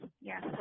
Yes